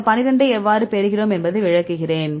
இந்த எண் 12 ஐ எவ்வாறு பெறுகிறோம் என்பதை விளக்குகிறேன்